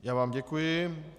Já vám děkuji.